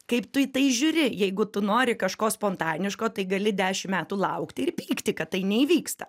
kaip tu į tai žiūri jeigu tu nori kažko spontaniško tai gali dešim metų laukti ir pykti kad tai neįvyksta